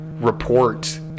report